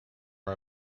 our